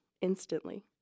instantly